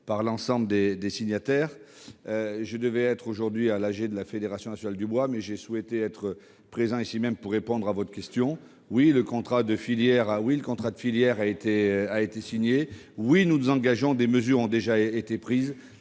par l'ensemble des signataires. Je devais me rendre aujourd'hui à l'assemblée générale de la fédération nationale du bois, mais j'ai souhaité être présent ici même pour répondre à votre question. Oui, le contrat de filière a été signé, oui, nous nous engageons, des mesures ont déjà été prises.